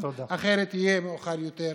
אחרת יהיה מאוחר מדי.